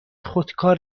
خودکار